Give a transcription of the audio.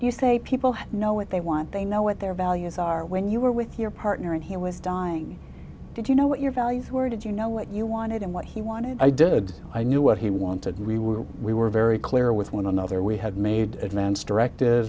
you say people who know what they want they know what their values are when you were with your partner and he was dying did you know what your values were did you know what you wanted and what he wanted i did i knew what he wanted we were we were very clear with one another we had made advance directive